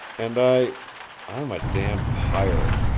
and i i'm a damned pirate,